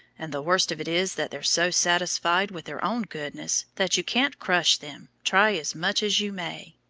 and the worst of it is that they're so satisfied with their own goodness, that you can't crush them, try as much as you may.